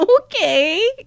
okay